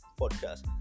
Podcast